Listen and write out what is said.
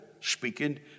speaking